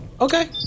Okay